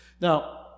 now